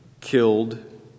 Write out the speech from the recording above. killed